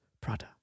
Prada